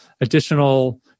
additional